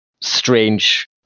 strange